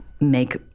make